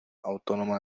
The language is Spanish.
autónoma